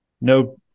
no